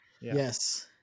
Yes